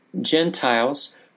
Gentiles